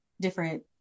different